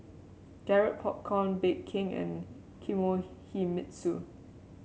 Garrett Popcorn Bake King and Kinohimitsu